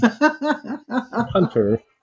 hunter